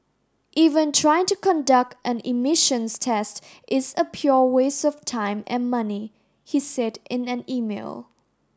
even trying to conduct an emissions test is a pure waste of time and money he said in an email